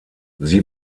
sie